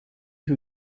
who